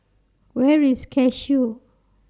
Where IS Cashew